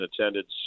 attendance